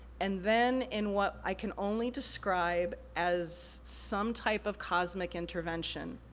and then in what i can only describe as some type of cosmic intervention,